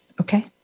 Okay